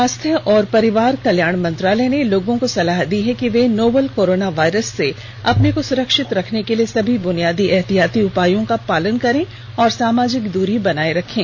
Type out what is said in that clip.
स्वास्थ्य और परिवार कल्याण मंत्रालय ने लोगों को सलाह दी है कि वे नोवल कोरोना वायरस से अपने को सुरक्षित रखने के लिए सभी बुनियादी एहतियाती उपायों का पालन करें और सामाजिक दूरी बनाए रखें